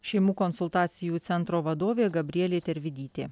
šeimų konsultacijų centro vadovė gabrielė tervidytė